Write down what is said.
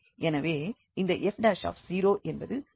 எனவே இந்த f என்று ஒன்றுமில்லை